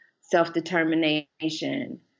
self-determination